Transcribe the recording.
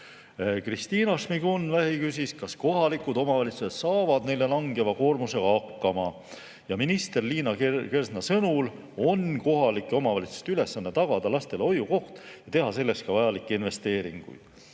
Kristina Šmigun-Vähi küsis, kas kohalikud omavalitsused saavad neile langeva koormusega hakkama. Minister Liina Kersna sõnul on kohalike omavalitsuste ülesanne tagada lastele hoiukoht ja teha selleks ka vajalikke investeeringuid.